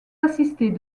assistés